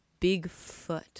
Bigfoot